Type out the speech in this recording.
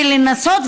ולנסות,